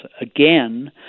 Again